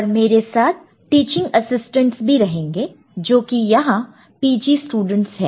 और मेरे साथ टीचिंग असिस्टेंटस भी रहेंगे जो कि यहां PG स्टूडेंट्स है